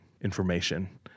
information